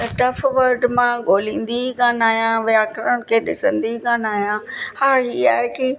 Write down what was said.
त tough word मां ॻोलींदी कान आहियां व्याकरण खे ॾिसंदी कान आहियां हा इहा आहे कि